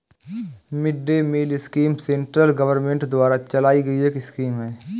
mid day meal scheme central government द्वारा चलाई गई एक स्कीम है